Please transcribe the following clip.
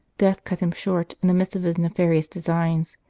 death cut him short in the midst of his nefarious designs,